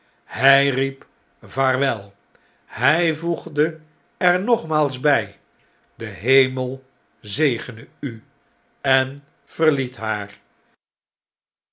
hj riep vaarwel hij voegde er nogmaals by de hemel zegene u en verliet haar